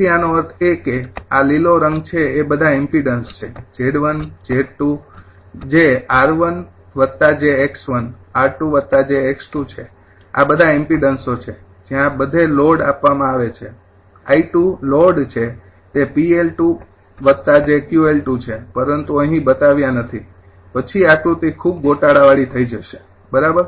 તેથી આનો અર્થ એ કે આ લીલો રંગ છે એ બધા ઇમ્પીડન્સ છે 𝑍૧𝑍૨ જે 𝑟૧𝑗𝑥૧𝑟૨𝑗𝑥૨ છે આ બધા ઇમ્પીડન્સો છે જ્યાં બધે લોડ આપવામાં આવે છે 𝑖૨ લોડ છે તે 𝑃𝐿૨𝑗𝑄𝐿૨છે પરંતુ અહીં બતાવ્યા નથી પછી આકૃતિ ખૂબ ગોટાળાવાળી થઈ જશે બરાબર